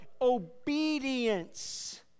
obedience